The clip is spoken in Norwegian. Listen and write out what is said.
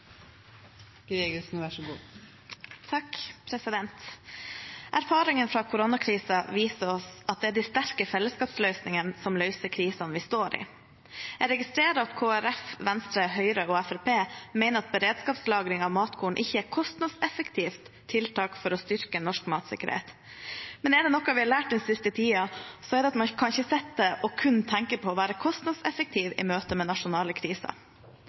fra koronakrisen viser oss at det er de sterke fellesskapsløsningene som løser krisene vi står i. Jeg registrerer at Kristelig Folkeparti, Venstre, Høyre og Fremskrittspartiet mener at beredskapslagring av matkorn ikke er et kostnadseffektivt tiltak for å styrke norsk matsikkerhet. Men er det noe vi har lært den siste tiden, er det at man ikke kan sitte og kun tenke på å være kostnadseffektiv i møtet med nasjonale kriser.